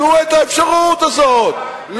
תנו את האפשרות הזאת.